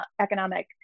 economic